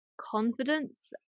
confidence